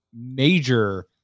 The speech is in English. major